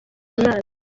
imana